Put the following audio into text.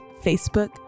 Facebook